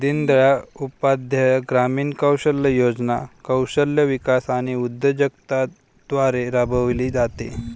दीनदयाळ उपाध्याय ग्रामीण कौशल्य योजना कौशल्य विकास आणि उद्योजकता द्वारे राबविली जाते